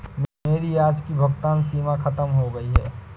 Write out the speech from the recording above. मेरी आज की भुगतान सीमा खत्म हो गई है